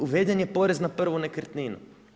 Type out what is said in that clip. Uveden je porez na prvu nekretninu.